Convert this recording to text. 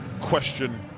question